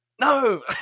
No